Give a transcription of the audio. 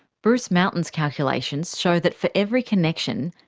bruce mountain's calculations show that for every connection,